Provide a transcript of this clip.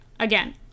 Again